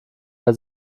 wer